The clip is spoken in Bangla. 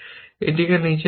এটিকে নিচে রাখুন